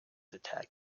attacked